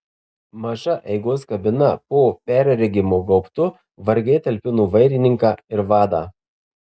maža eigos kabina po perregimu gaubtu vargiai talpino vairininką ir vadą